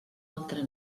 altre